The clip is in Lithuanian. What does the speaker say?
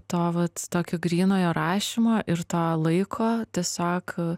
to vat tokio grynojo rašymo ir to laiko tiesiog